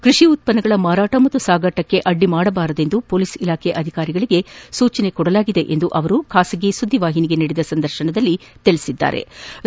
ಕೃಷಿ ಉತ್ತನ್ನಗಳ ಮಾರಾಟ ಮತ್ತು ಸಾಗಾಟಕ್ಕೆ ಅಡ್ಡಿಪಡಡಿಸದಂತೆ ಪೊಲೀಸ್ ಇಲಾಖೆ ಅಧಿಕಾರಿಗಳಿಗೆ ಸೂಚಿಸಲಾಗಿದೆ ಎಂದು ಅವರು ಖಾಸಗಿ ವಾಹಿನಿಗೆ ನೀಡಿದ ಸಂದರ್ಶನದಲ್ಲಿ ಹೇಳದರು